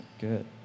Good